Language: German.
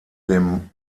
dem